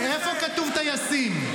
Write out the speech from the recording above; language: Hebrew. איפה כתוב טייסים?